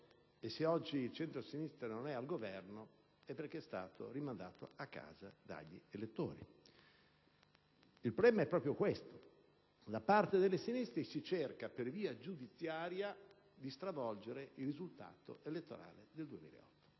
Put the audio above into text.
se oggi il centrosinistra non è al Governo è perché è stato rimandato a casa dagli elettori. È proprio questo il problema. Da parte delle sinistre si cerca per via giudiziaria di stravolgere il risultato elettorale del 2008.